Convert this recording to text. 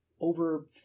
over